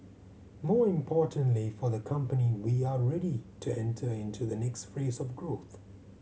more importantly for the company we are ready to enter into the next phase of growth